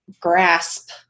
grasp